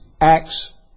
acts